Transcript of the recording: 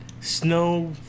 snow